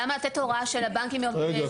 למה לתת הוראה שלבנקים --- רגע,